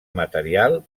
material